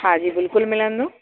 हा जी बिल्कुलु मिलंदो